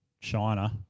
China